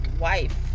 wife